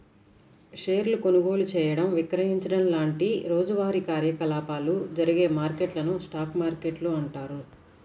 షేర్ల కొనుగోలు చేయడం, విక్రయించడం లాంటి రోజువారీ కార్యకలాపాలు జరిగే మార్కెట్లను స్టాక్ మార్కెట్లు అంటారు